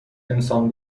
انسان